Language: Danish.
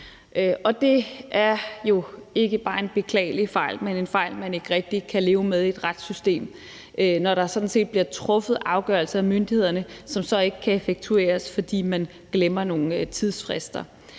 Det er jo ikke bare en beklagelig fejl, men en fejl, man ikke rigtig kan leve med i et retssystem, altså at der sådan set bliver truffet en afgørelse af myndighederne, som så ikke kan effektueres, fordi man glemmer nogle tidsfrister.